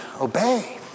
Obey